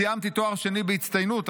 סיימתי תואר שני בהצטיינות,